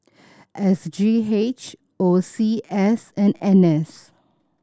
S G H O C S and N S